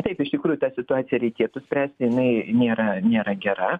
taip iš tikrųjų tą situaciją reikėtų spręsti jinai nėra nėra gera